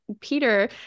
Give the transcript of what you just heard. Peter